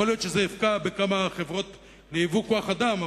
יכול להיות שזה יפגע בכמה חברות לייבוא כוח-אדם,